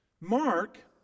Mark